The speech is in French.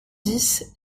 dix